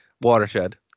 watershed